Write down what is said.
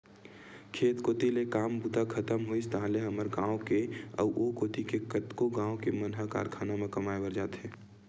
खेत कोती ले काम बूता खतम होइस ताहले हमर गाँव के अउ ओ कोती के कतको गाँव के मन ह कारखाना म कमाए बर जाथे